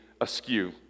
askew